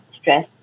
stress